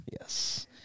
Yes